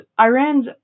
Iran's